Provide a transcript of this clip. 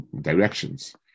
directions